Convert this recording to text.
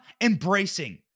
embracing